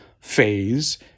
phase